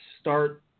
start